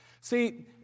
See